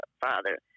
father